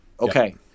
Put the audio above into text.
Okay